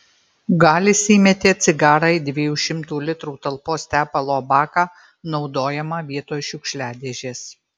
galis įmetė cigarą į dviejų šimtų litrų talpos tepalo baką naudojamą vietoj šiukšliadėžės